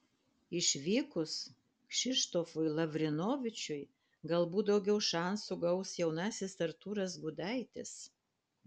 išvykus kšištofui lavrinovičiui galbūt daugiau šansų gaus jaunasis artūras gudaitis